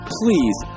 please